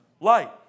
light